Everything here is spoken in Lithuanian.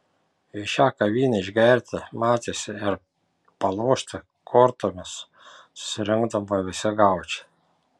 į šią kavinę išgerti matėsi ir palošti kortomis susirinkdavo visi gaučai